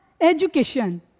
education